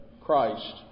Christ